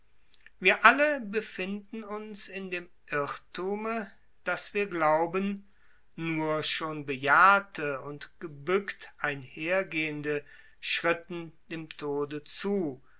wir alle befinden uns in dem irrthume daß wir glauben nur schon bejahrte und gebückt einhergehende schritten dem tode zu